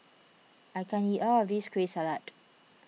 I can't eat all of this Kueh Salat